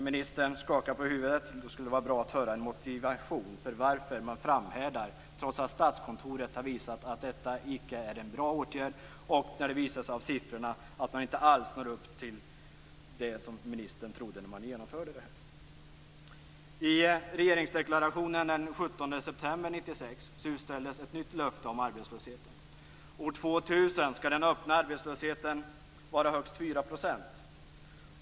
Ministern skakar på huvudet, och det skulle då vara bra att få höra en motivation till att man framhärdar, trots att Statskontoret har visat att detta icke är en bra åtgärd och när siffror visar att man inte alls når upp till det som ministern trodde när man genomförde det här. skall den öppna arbetslösheten vara högst 4 %."